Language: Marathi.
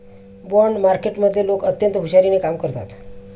बाँड मार्केटमधले लोक अत्यंत हुशारीने कामं करतात